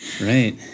Right